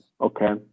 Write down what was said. okay